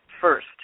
first